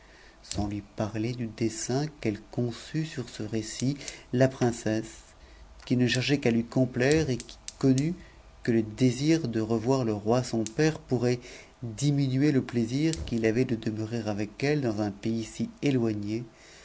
sans lui parier du dessein qu'elle conçut sur ce rccit la princesse qui ne cherchait qu'à lui complaire et qui connut que dcsir de revoir le roi son père pourrait diminuer le plaisir qu'il avait de demeurer avec elle dans un pays si éloigné